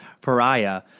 pariah